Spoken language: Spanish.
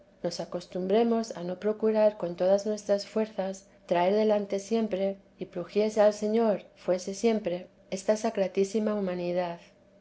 nos acostumbremos a no procurar con todas nuestras fuerzas traer delante siempre y pluguiese al señor fuese siempre esta sacratísima humanidad